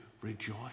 rejoice